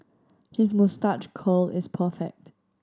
his moustache curl is perfect